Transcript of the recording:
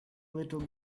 little